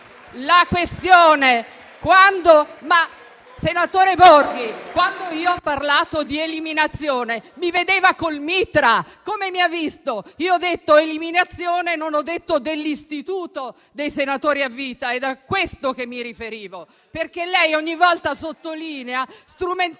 Borghi, quando ho parlato di eliminazione, mi vedeva col mitra? Come mi ha visto? Io ho detto "eliminazione" e non ho detto "dell'istituto dei senatori a vita", ma è a questo che mi riferivo. Perché lei ogni volta sottolinea, strumentalizzandolo